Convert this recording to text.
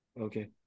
okay